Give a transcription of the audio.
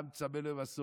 העם צמא למסורת.